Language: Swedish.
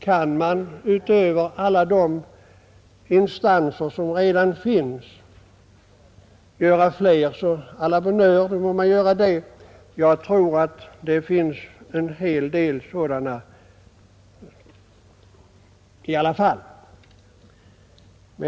Kan man utöver alla de instanser som redan finns inrätta ännu fler, så å la bonne heure — då må man göra det; det finns dock redan en hel del sådana.